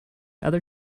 other